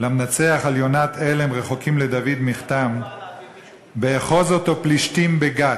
"למנצח על יונת אלם רחקים לדוד מכתם באחז אותו פלשתים בגת".